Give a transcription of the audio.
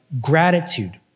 gratitude